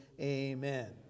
amen